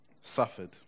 suffered